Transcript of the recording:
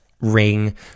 ring